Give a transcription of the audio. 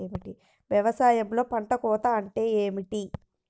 వ్యవసాయంలో పంట కోత అంటే ఏమిటి?